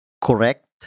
correct